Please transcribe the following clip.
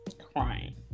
crying